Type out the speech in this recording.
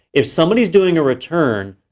if somebody's doing a return,